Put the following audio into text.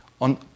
on